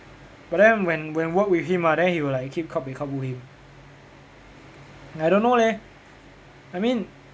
but then when when work with him ah then he will like keep kao peh kao bu him I don't know leh I mean